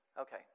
Okay